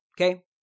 okay